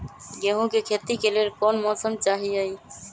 गेंहू के खेती के लेल कोन मौसम चाही अई?